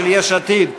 מאת יש עתיד.